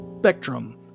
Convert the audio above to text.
spectrum